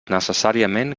necessàriament